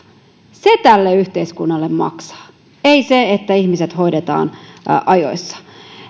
se tälle yhteiskunnalle maksaa ei se että ihmiset hoidetaan ajoissa